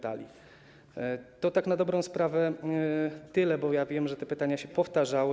To tak na dobrą sprawę tyle, bo wiem, że pytania się powtarzały.